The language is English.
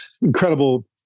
incredible